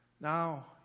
Now